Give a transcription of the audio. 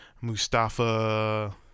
Mustafa